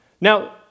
Now